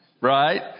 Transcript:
right